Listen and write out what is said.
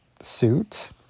suit